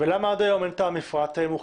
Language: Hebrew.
למה עד היום אין את המפרט מוכן?